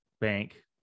bank